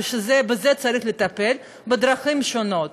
ושבזה צריך לטפל בדרכים שונות.